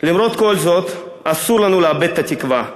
למרות כל זאת אסור לנו לאבד את התקווה,